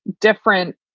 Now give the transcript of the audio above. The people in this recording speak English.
different